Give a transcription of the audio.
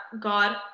God